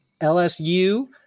LSU